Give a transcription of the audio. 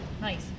nice